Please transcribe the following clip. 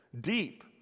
deep